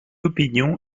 opinion